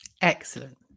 excellent